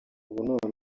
ubu